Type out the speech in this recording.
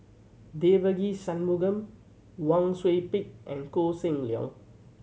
Devagi Sanmugam Wang Sui Pick and Koh Seng Leong